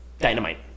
Dynamite